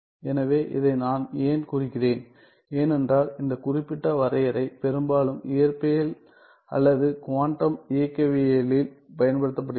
எனவே இதை நான் ஏன் குறிக்கிறேன் ஏனென்றால் இந்த குறிப்பிட்ட வரையறை பெரும்பாலும் இயற்பியல் அல்லது குவாண்டம் இயக்கவியலில் பயன்படுத்தப்படுகிறது